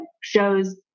shows